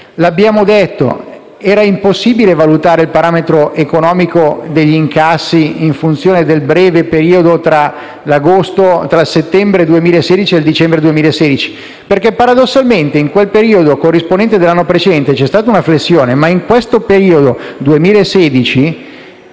Lo abbiamo detto: era impossibile valutare il parametro economico degli incassi in funzione del breve periodo tra il settembre 2016 e il dicembre 2016, perché, paradossalmente, nel periodo corrispondente dell'anno precedente c'è stata una flessione mentre nel 2016,